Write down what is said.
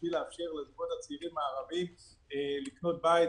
בשביל לאפשר לזוגות הצעירים הערבים לקנות בית.